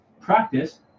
practice